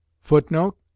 footnote